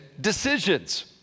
decisions